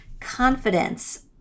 Confidence